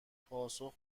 پاسخ